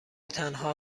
تنها